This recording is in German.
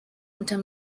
unter